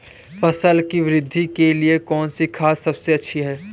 फसल की वृद्धि के लिए कौनसी खाद सबसे अच्छी है?